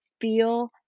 feel